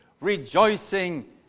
rejoicing